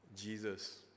Jesus